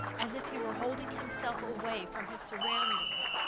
as if he were holding himself away from his surroundings,